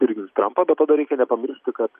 spirgins trampą bet tada reikia nepamiršti kad